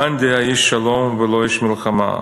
גנדי היה איש שלום ולא איש מלחמה.